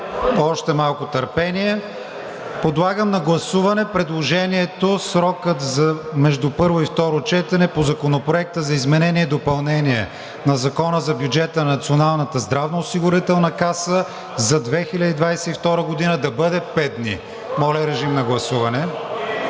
още малко търпение. Подлагам на гласуване предложението срокът между и първо и второ четене по Законопроекта за изменение и допълнение на Закона за бюджета на Националната здравноосигурителна каса за 2022 г. да бъде пет дни. Колеги, хубаво е